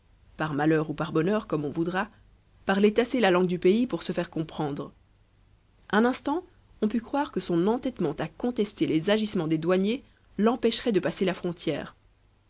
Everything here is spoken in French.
par malheur ou par bonheur comme on voudra parlait assez la langue du pays pour se faire comprendre un instant on put croire que son entêtement à contester les agissements des douaniers l'empêcherait de passer la frontière